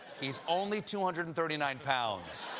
he's only two hundred and thirty nine pounds.